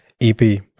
ep